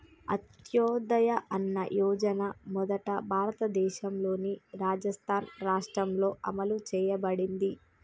అంత్యోదయ అన్న యోజన మొదట భారతదేశంలోని రాజస్థాన్ రాష్ట్రంలో అమలు చేయబడింది